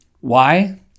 Why